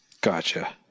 Gotcha